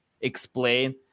explain